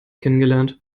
kennengelernt